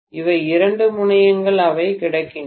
இவை இரண்டு முனையங்கள் அவை கிடைக்கின்றன